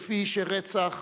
כפי שרצח